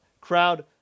Crowd